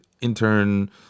intern